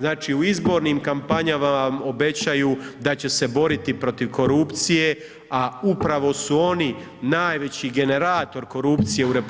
Znači u izbornim kampanjama vam obećaju da će se boriti protiv korupcije, a upravo su oni najveći generator korupcije u RH,